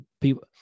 people